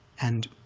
and